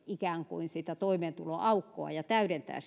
ikään kuin sitä toimeentuloaukkoa ja täydentää